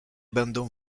będą